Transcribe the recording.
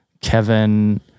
Kevin